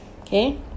okay